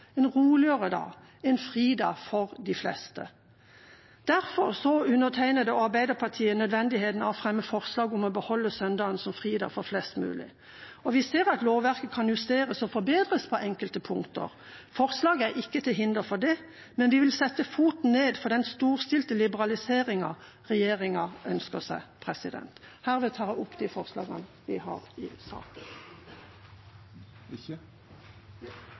en roligere dag, en fridag for de fleste. Derfor så undertegnede og Arbeiderpartiet nødvendigheten av å fremme forslag om å beholde søndagen som fridag for flest mulig. Vi ser at lovverket kan justeres og forbedres på enkelte punkter. Forslaget er ikke til hinder for det, men vi vil sette foten ned for den storstilte liberaliseringen regjeringa ønsker seg. Søndagen er en annerledes dag. Det har den alltid vært, og det vil den sannsynligvis alltid være. Likevel behandler vi i